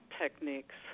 techniques